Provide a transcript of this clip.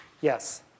Yes